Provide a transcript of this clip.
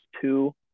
two